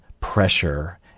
pressure